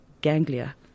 ganglia